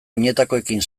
oinetakoekin